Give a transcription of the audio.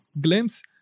glimpse